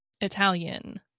Italian